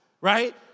right